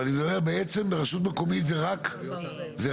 אבל בעצם ברשות מקומית זה רק על